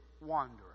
wanderer